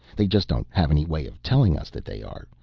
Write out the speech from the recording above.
they just don't have any way of telling us that they are.